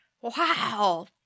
Wow